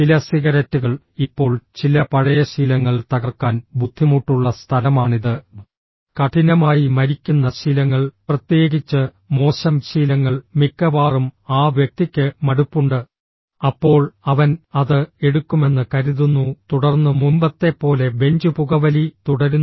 ചില സിഗരറ്റുകൾ ഇപ്പോൾ ചില പഴയ ശീലങ്ങൾ തകർക്കാൻ ബുദ്ധിമുട്ടുള്ള സ്ഥലമാണിത് കഠിനമായി മരിക്കുന്ന ശീലങ്ങൾ പ്രത്യേകിച്ച് മോശം ശീലങ്ങൾ മിക്കവാറും ആ വ്യക്തിക്ക് മടുപ്പുണ്ട് അപ്പോൾ അവൻ അത് എടുക്കുമെന്ന് കരുതുന്നു തുടർന്ന് മുമ്പത്തെപ്പോലെ ബെഞ്ച് പുകവലി തുടരുന്നു